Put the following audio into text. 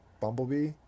Bumblebee